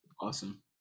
Awesome